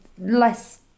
less